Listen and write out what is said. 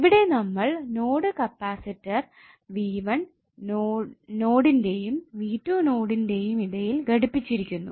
ഇവിടെ നമ്മൾ node capacitor v1 നോഡിന്റെയും v2 നോഡിന്റെയും ഇടയിൽ ഘടിപ്പിച്ചിരിക്കുന്നു